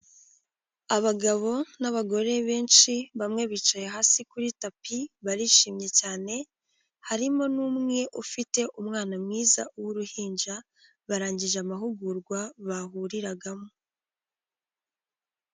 Abagabo n'abagore benshi bamwe bicaye hasi kuri tapi barishimye cyane, harimo n'umwe ufite umwana mwiza w'uruhinja. Barangije amahugurwa bahuriragamo.